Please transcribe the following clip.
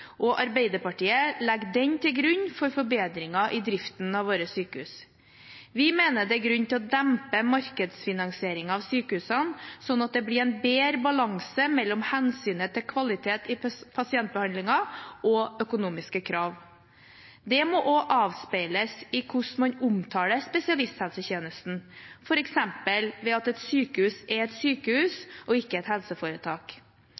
og Arbeiderpartiet legger den til grunn for forbedringer i driften av sykehusene våre. Vi mener det er grunn til å dempe markedsfinansieringen av sykehusene, slik at det blir en bedre balanse mellom hensynet til kvalitet i pasientbehandlingen og økonomiske krav. Det må også avspeiles i hvordan man omtaler spesialisthelsetjenesten, f.eks. ved at et sykehus er et